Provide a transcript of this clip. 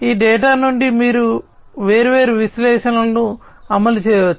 ఈ డేటా నుండి మీరు వేర్వేరు విశ్లేషణలను అమలు చేయవచ్చు